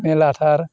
मेलाथार